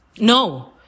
No